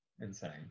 insane